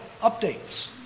Updates